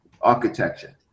architecture